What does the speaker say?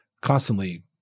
Constantly